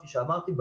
כפי שאמרתי,